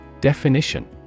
Definition